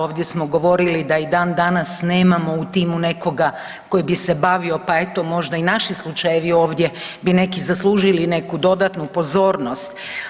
Ovdje smo govorili da i dan danas nemamo u timu nekoga koji bi se bavio pa eto možda i naši slučajevi ovdje bi neki zaslužili neku dodatnu pozornost.